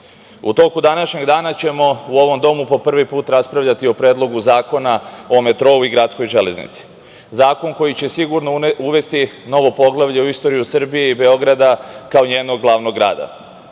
U toku današnjeg dana ćemo u ovom domu po prvi put raspravljati o Predlogu zakona o metrou i gradskoj železnici. Zakon koji će sigurno uvesti novo poglavlje u istoriju Srbije i Beograda kao njenog glavnog grada. Ideja